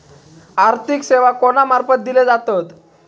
आर्थिक सेवा कोणा मार्फत दिले जातत?